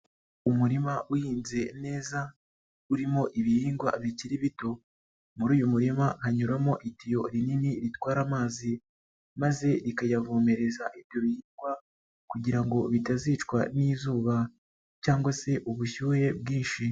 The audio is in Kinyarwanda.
Umurima uhinze neza urimo ibihingwa bikiri bito, muri uyu murima hanyuramo itiyo rinini ritwara amazi, maze rikayavomereza ibyo bigwa kugira ngo bitazicwa n'izuba cyangwa se ubushyuhe bwinshi.